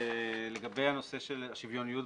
לגבי הנושא של השוויוניות